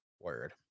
word